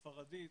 ספרדית,